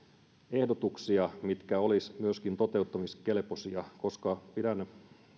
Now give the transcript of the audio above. ehdotuksia mitkä olisivat myöskin toteuttamiskelpoisia koska pidän